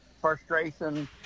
frustration